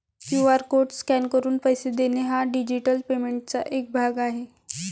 QR code scan करून पैसे देणे हा डिजिटल पेमेंटचा एक भाग आहे